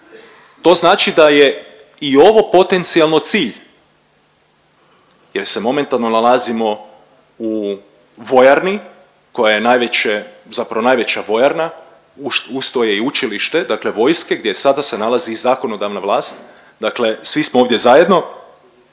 to znači da je i ovo potencijalno cilj jer se momentalno nalazimo u vojarni koja je najveće, zapravo najveća vojarna, uz to je i učilište dakle vojske gdje sada se nalazi i zakonodavna vlast, dakle svi smo ovdje zajedno.